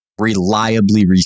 Reliably